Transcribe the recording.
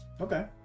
Okay